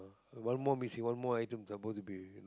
one more missing one more item supposed to be